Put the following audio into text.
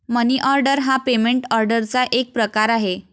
मनी order हा payment ऑर्डरचा एक प्रकार आहे